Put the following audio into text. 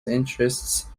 interests